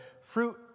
fruit